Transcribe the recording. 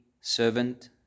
servant